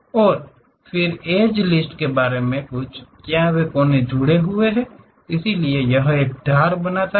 और फिर edge list के बारे में कुछ क्या वे कोने जुड़े हुए हैं इसलिए यह एक धार बनाता है